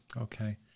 Okay